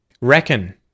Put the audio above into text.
Reckon